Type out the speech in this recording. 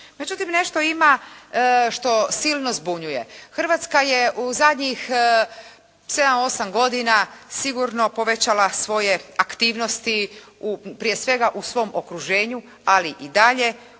Međutim, nešto ima što silno zbunjuje. Hrvatska je u zadnjih sedam, osam godina sigurno povećala svoje aktivnosti, prije svega u svom okruženju, ali i dalje